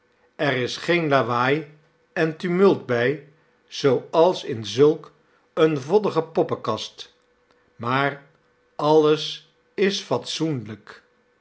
er is geen lawaai en tumult bij zooals in zulk eene voddige poppenkast maar alles is fatsoenlijk